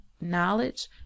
knowledge